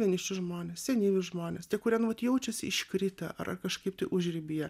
vieniši žmonės senyvi žmonės tie kurie nuolat jaučiasi iškritę ar ar kažkaip užribyje